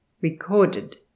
recorded